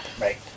right